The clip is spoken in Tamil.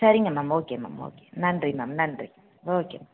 சரிங்க மேம் ஓகே மேம் ஓகே நன்றி மேம் நன்றி ஓகே மேம்